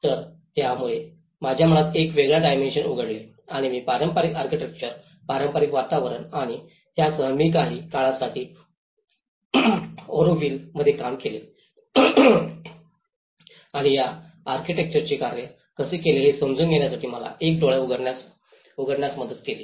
तर यामुळे माझ्या मनात एक वेगळ्या डायमेन्शन उघडले आणि मी पारंपारिक आर्किटेक्चर पारंपारिक वातावरण आणि त्यासह मी काही काळासाठी ऑरोव्हिलमध्ये काम केले आणि त्या आर्किटेक्टसनी कार्य कसे केले हे समजून घेण्यासाठी मला एक डोळा उघडण्यास मदत केली